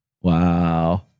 Wow